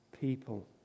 people